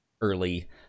early